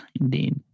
Indeed